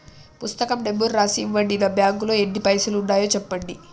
పుస్తకం నెంబరు రాసి ఇవ్వండి? నా బ్యాంకు లో ఎన్ని పైసలు ఉన్నాయో చెప్పండి?